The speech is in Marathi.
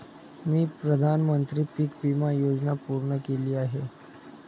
मी प्रधानमंत्री पीक विमा योजना पूर्ण केली आहे